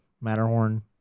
Matterhorn